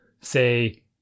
say